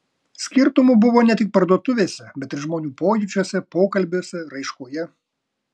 skirtumų buvo ne tik parduotuvėse bet ir žmonių pojūčiuose pokalbiuose raiškoje